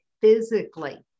physically